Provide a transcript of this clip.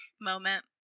moment